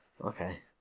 Okay